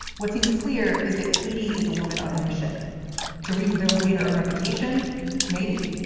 what seems clear is that katie is a woman on a mission to rehabilitate her own reputation maybe,